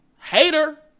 Hater